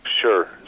Sure